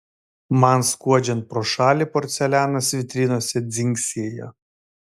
man skuodžiant pro šalį porcelianas vitrinose dzingsėjo